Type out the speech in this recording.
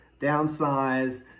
downsize